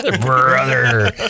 brother